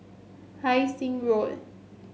Hai Sing Road